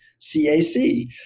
CAC